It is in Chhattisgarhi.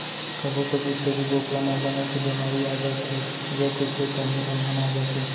कभू कभू छेरी बोकरा म बनेच के बेमारी आ जाथे य कुछु काही अलहन आ जाथे